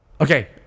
Okay